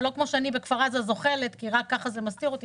ולא כמו שאני בכפר עזה זוחלת כי רק ככה זה מסתיר אותי,